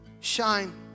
Shine